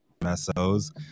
MSOs